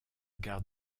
gare